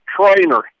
trainer